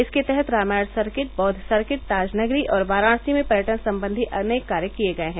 इसके तहत रामायण सर्किट बौद्व सर्किट ताज नगरी और वाराणसी में पर्यटन सम्बंधी अनेक कार्य किए गये हैं